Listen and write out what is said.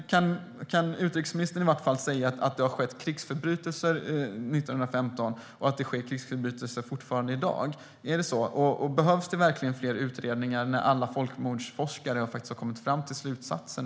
Kan utrikesministern i vart fall säga att det har skett krigsförbrytelser 1915 och att det sker krigsförbrytelser fortfarande i dag? Och behövs det verkligen fler utredningar när alla folkmordsforskare redan har kommit fram till slutsatsen?